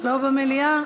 לא במליאה.